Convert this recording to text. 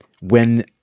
when-